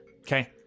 Okay